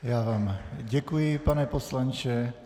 Já vám děkuji, pane poslanče.